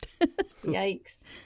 Yikes